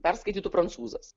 perskaitytų prancūzas